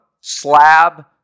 slab